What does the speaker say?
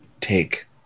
take